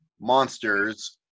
monsters